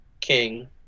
King